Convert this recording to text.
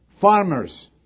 farmers